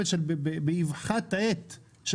ממשלת הג'ובים המושחתת הזאת.